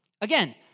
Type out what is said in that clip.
Again